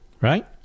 right